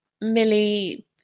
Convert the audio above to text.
Millie